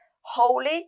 holy